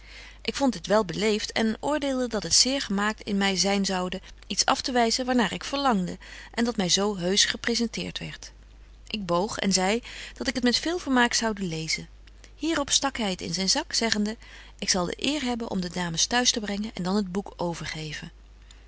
ik vond dit wel beleeft en oordeelde dat het zeer gemaakt in my zyn zoude iets aftewyzen waar naar ik verlangde en dat my zo heusch gepresenteert werdt ik boog en zei dat ik het met veel vermaak zoude lezen hierop stak hy het in zyn zak zeggende ik zal de eer hebben om de dames t'huis te brengen en dan het boek overgeven